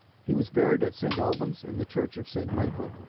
he was buried at st. albans, in the church of st. michael,